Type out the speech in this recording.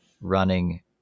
running